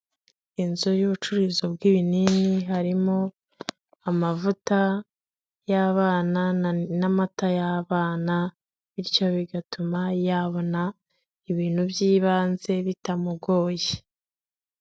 Inzu y'ubucuruzi bw'ibinini, harimo amavuta y'abana n'amata y'abana, bityo bigatuma yabona ibintu by'ibanze bitamugoye.